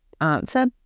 answer